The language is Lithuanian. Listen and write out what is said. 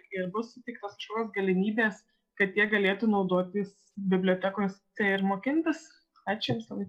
ir bus suteiktos kažkokios galimybės kad jie galėtų naudotis bibliotekos tai ir mokintis ačiū jums labai